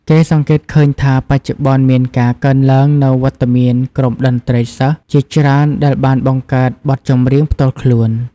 គេសង្កេតឃើញថាបច្ចុប្បន្នមានការកើនឡើងនូវវត្តមានក្រុមតន្ត្រីសិស្សជាច្រើនដែលបានបង្កើតបទចម្រៀងផ្ទាល់ខ្លួន។